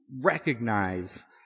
recognize